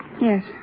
Yes